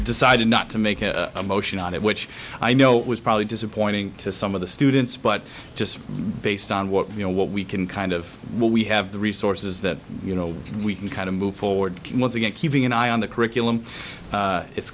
decided not to make a motion on it which i know was probably disappointing to some of the students but just based on what you know what we can kind of what we have the resources that you know we can kind of move forward once again keeping an eye on the curriculum it's